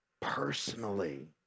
personally